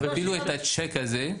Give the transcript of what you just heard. אפילו את הצ'ק הזה,